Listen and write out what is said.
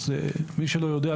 מי שלא יודע,